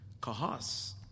Kahas